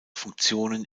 funktionen